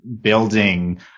building